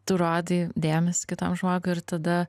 tu rodai dėmesį kitam žmogui ir tada